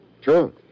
Sure